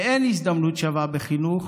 ואין הזדמנות שווה בחינוך.